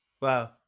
wow